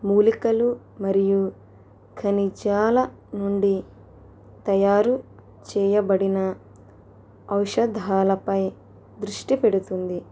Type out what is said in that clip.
మూలికలు మరియు ఖనిజాల నుండి తయారు చేయబడిన ఔషధాలపై దృష్టి పెడుతుంది